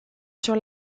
sur